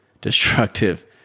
destructive